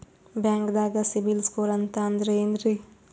ಬ್ಯಾಂಕ್ದಾಗ ಸಿಬಿಲ್ ಸ್ಕೋರ್ ಅಂತ ಅಂದ್ರೆ ಏನ್ರೀ?